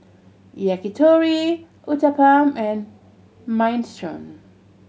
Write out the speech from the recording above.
Yakitori Uthapam and Minestrone